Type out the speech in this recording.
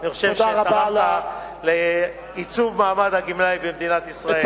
אני חושב שתרמת לייצוב מעמד הגמלאי במדינת ישראל.